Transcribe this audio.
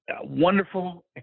wonderful